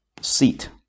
seat